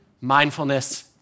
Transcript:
mindfulness